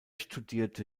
studierte